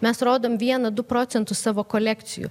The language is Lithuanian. mes rodom vieną du procentus savo kolekcijų